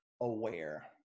aware